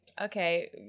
Okay